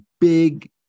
big